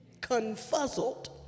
confuzzled